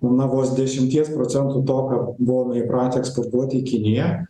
na vos dešimties procentų to ką buvome įpratę eksportuoti į kiniją